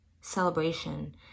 celebration